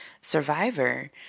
survivor